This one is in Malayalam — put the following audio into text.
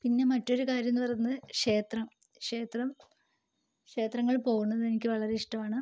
പിന്നെ മറ്റൊര് കാര്യമെന്ന് പറയുന്നത് ക്ഷേത്രം ക്ഷേത്രം ക്ഷേത്രങ്ങളിൽ പോവുന്നത് എനിക്ക് വളരെ ഇഷ്ടമാണ്